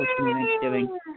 Thanksgiving